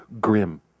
Grim